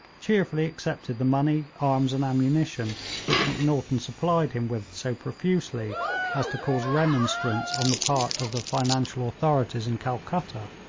cheerfully accepted the money, arms and ammunition which macnaghten supplied him with so profusely as to cause remonstrance on the part of the financial authorities in calcutta.